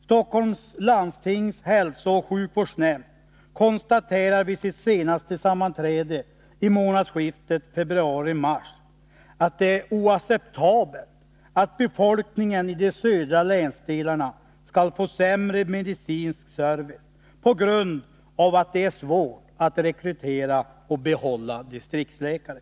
Stockholms läns landstings hälsooch sjukvårdsnämnd konstaterade i samband med sitt senaste sammanträde vid månadsskiftet februari-mars att det är oacceptabelt att befolkningen i de södra länsdelarna skall få sämre medicinsk service på grund av att det är svårt att rekrytera och behålla distriktsläkare.